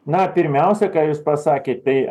na pirmiausia ką jūs pasakėt tai